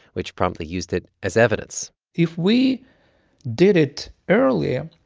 which promptly used it as evidence if we did it earlier,